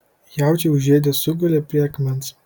jaučiai užėdę sugulė prie akmens